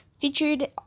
featured